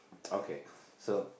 okay so